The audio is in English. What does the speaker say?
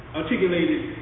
articulated